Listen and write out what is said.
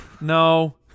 No